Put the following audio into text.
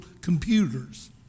computers